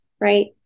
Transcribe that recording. right